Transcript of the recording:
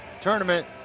tournament